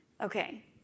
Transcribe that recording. Okay